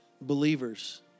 believers